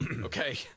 Okay